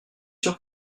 sûr